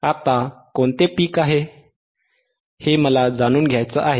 आता कोणते पीकशिखर आहे हे मला जाणून घ्यायचे आहे